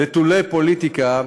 נטולי פוליטיקה,